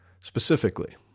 specifically